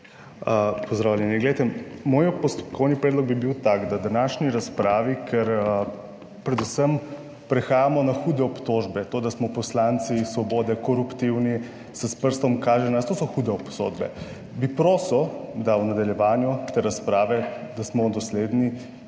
Pozdravljeni. Glejte, moj postopkovni predlog bi bil tak, da v današnji razpravi, ker predvsem prehajamo na hude obtožbe - to, da smo poslanci svobode koruptivni se s prstom kaže na to, so hude obsodbe -, bi prosil, da v nadaljevanju te razprave, da smo dosledni